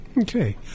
Okay